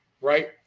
right